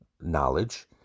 knowledge